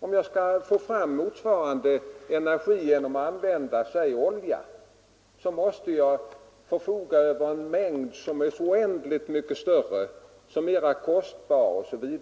För att få fram motsvarande energi genom att använda exempelvis olja måste man förfoga över en volym bränsle som är så oändligt mycket större, så mycket mera kostsam, osv.